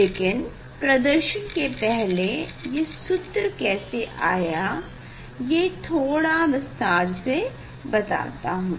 लेकिन प्रदर्शन के पहले ये सूत्र कैसे आया ये थोड़ा विस्तार से बताता हूँ